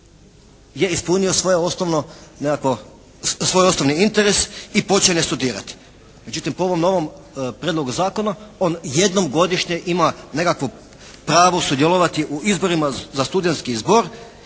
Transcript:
nekakvo, svoj osnovni interes i počinje studirati. Međutim, po ovom novom prijedlogu zakona, on jednom godišnje ima nekakvo pravo sudjelovati u izborima za studentski zbor,